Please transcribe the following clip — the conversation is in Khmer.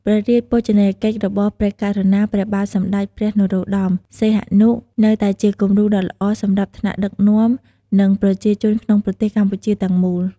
ព្រះរាជបូជនីយកិច្ចរបស់ព្រះករុណា ព្រះបាទសម្ដេចព្រះនរោត្ដម សីហនុ នៅតែជាគំរូដ៏ល្អសម្រាប់ថ្នាក់ដឹកនាំ និងប្រជាជនក្នុងប្រទេសកម្ពុជាទាំងមូល។